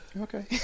Okay